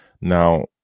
Now